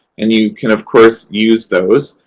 and you can, of course, use those,